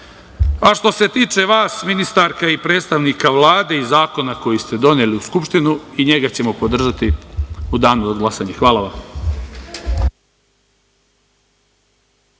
tome. Što se tiče vas, ministarka i predstavnika Vlade i zakona koji ste doneli u Skupštinu, i njega ćemo podržati u Danu za glasanje. **Vladimir